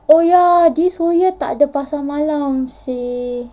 oh ya this whole year takde pasar malam seh